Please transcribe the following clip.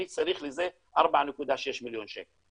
אני צריך לזה 4.6 מיליון שקל.